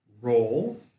role